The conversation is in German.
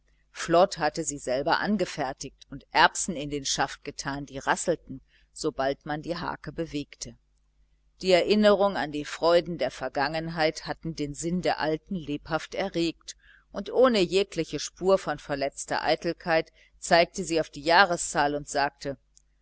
flod hatte sie selbst angefertigt und erbsen in den schaft getan die rasselten sobald man die harke bewegte die erinnerung an die freuden der vergangenheit hatten den sinn der alten lebhaft erregt und ohne jegliche spur von verletzter eitelkeit zeigte sie auf die jahreszahl und sagte